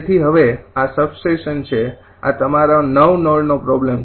તેથી હવે આ સબસ્ટેશન છે આ તમારો ૯ નોડનો પ્રૉબ્લેમ છે